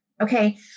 Okay